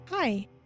Hi